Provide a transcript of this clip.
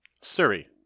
Surrey